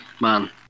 man